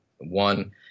One